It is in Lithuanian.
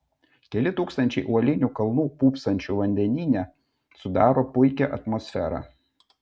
keli tūkstančiai uolinių kalnų pūpsančių vandenyje sudaro puikią atmosferą